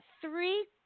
three